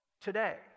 today